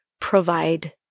provide